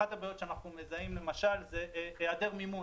אחת הבעיות שאנחנו מזהים היא היעדר מימון.